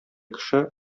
кеше